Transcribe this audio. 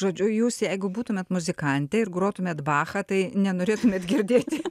žodžiu jūs jeigu būtumėt muzikantė ir grotumėt bachą tai nenorėtumėte girdėti